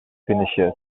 finishers